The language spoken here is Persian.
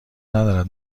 ندارد